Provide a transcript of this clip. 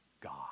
God